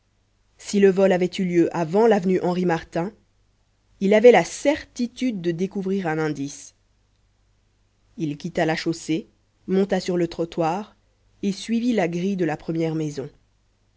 si le vol avait eu lieu avant l'avenue henri martin il avait la certitude de découvrir un indice il quitta la chaussée monta sur le trottoir et suivit la grille de la première maison